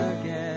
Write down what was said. again